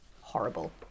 Horrible